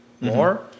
more